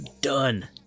Done